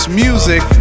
music